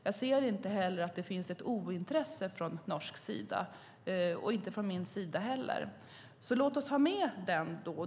Jag ser inte att det finns ett ointresse från norsk sida, och det finns inte heller från min sida, så låt oss ha med det.